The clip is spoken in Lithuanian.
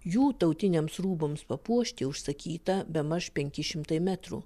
jų tautiniams rūbams papuošti užsakyta bemaž penki šimtai metrų